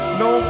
no